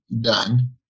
done